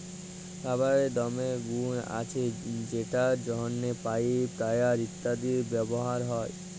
রাবারের দমে গুল্ আছে যেটর জ্যনহে পাইপ, টায়ার ইত্যাদিতে ব্যাভার হ্যয়